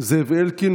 זאב אלקין,